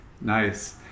Nice